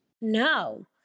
No